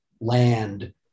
land